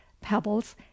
pebbles